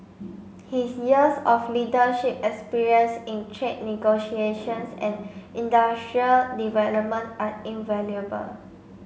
his years of leadership experience in trade negotiations and industrial development are invaluable